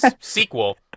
sequel